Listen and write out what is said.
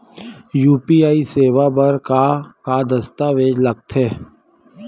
UPI सेवा बर का का दस्तावेज लगथे?